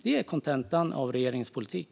Det är kontentan av regeringens politik.